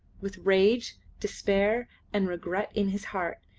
with rage, despair, and regret in his heart,